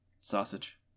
Sausage